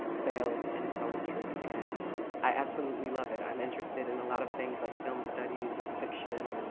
sales, and poetry and i absolutely love it. i'm interested in a lot of things like film studies and fiction, and